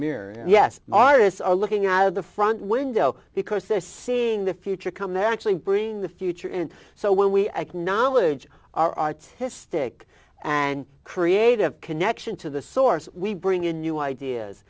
mirror and yes artists are looking out of the front window because they're seeing the future come they're actually bringing the future in so when we acknowledge our artistic and creative connection to the source we bring in new ideas